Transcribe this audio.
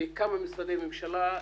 מכמה משרדי הממשלה,